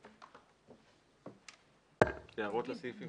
הערות לסעיף?